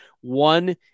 One